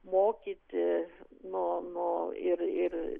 mokyti nuo nuo ir ir